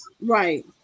Right